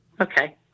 Okay